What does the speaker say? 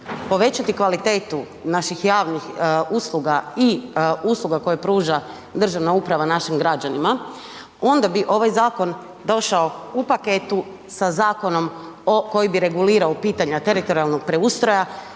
povećati kvalitetu naših javnih usluga i usluga koje pruža državna uprava našim građanima onda bi ovaj zakon došao u paketu sa zakonom koji bi regulirao pitanja teritorijalnog preustroja,